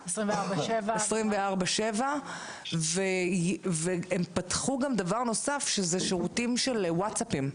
24/7 והם פתחו גם שירותים של וואטסאפים,